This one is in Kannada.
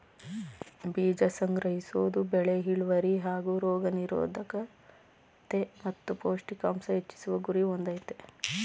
ಬೀಜ ಸಂಗ್ರಹಿಸೋದು ಬೆಳೆ ಇಳ್ವರಿ ಹಾಗೂ ರೋಗ ನಿರೋದ್ಕತೆ ಮತ್ತು ಪೌಷ್ಟಿಕಾಂಶ ಹೆಚ್ಚಿಸುವ ಗುರಿ ಹೊಂದಯ್ತೆ